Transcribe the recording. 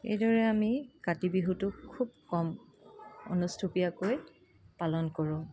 এইদৰে আমি কাতি বিহুটোক খুব কম অনুষ্টুপীয়াকৈ পালন কৰোঁ